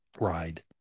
ride